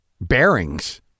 bearings